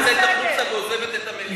החוצה ועוזבת את המליאה.